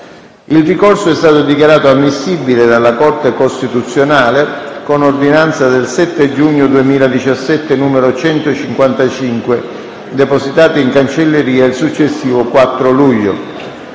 Il ricorso è stato dichiarato ammissibile dalla Corte costituzionale con ordinanza del 7 giugno 2017, n. 155, depositata in cancelleria il successivo 4 luglio.